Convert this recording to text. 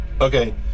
Okay